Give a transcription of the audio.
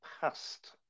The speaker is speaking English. past